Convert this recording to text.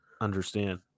understand